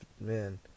man